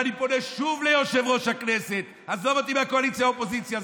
ואני פונה שוב ליושב-ראש הכנסת: עזוב אותי מהקואליציה אופוזיציה.